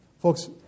folks